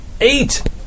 eight